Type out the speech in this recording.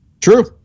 True